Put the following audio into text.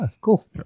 Cool